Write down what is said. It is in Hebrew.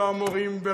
ולא המורים,